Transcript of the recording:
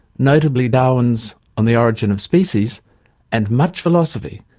notably darwin's on the origin of species and much philosophy,